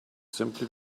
simply